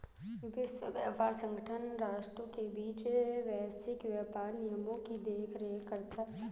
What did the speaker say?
विश्व व्यापार संगठन राष्ट्रों के बीच वैश्विक व्यापार नियमों की देखरेख करता है